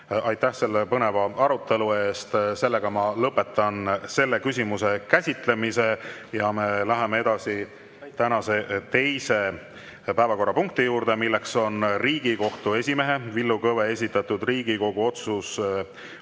Aitäh selle põneva arutelu eest! Lõpetan selle küsimuse käsitlemise. Me läheme edasi tänase teise päevakorrapunkti juurde, milleks on Riigikohtu esimehe Villu Kõve esitatud Riigikogu otsuse